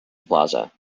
plaza